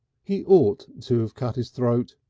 he ought to have cut his throat!